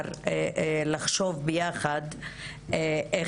אני חושבת גם כן שעצם העובדה,